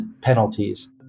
penalties